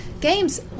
games